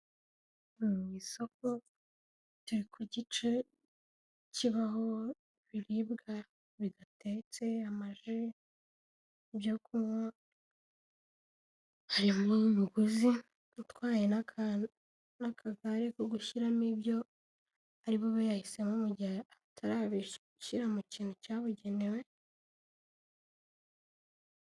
Mu isoko ryari ku gice kibaho ibiribwa bidatetse, amaji, ibyo kunywa, harimo umuguzi utwaye n'akagare ko gushyiramo ibyo ari bube yahisemo, mu gihe atarabishyira mu kintu cyabugenewe.